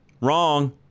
Wrong